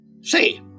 Say